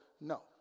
No